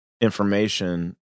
information